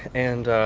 and